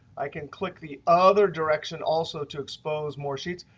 i can click the other direction also to expose more sheets.